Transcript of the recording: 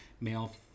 male